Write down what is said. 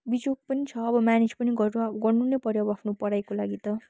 बिजोक पनि छ अब म्यानेज पनि गर्नु गर्नु नै पर्यो अब आफ्नो पढाईको लागि त